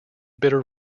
bitter